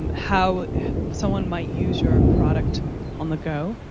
um how someone might use your product on the go.